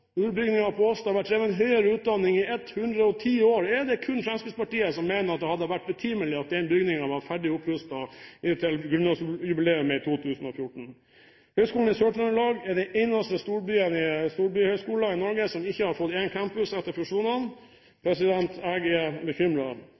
har det vært drevet høyere utdanning i 110 år. Er det kun Fremskrittspartiet som mener at det hadde vært betimelig at den bygningen var ferdig opprustet til grunnlovsjubileet i 2014? Høgskolen i Sør-Trøndelag er den eneste storbyhøgskolen i Norge som ikke har fått felles campus etter fusjonene.